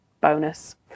Bonus